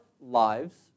lives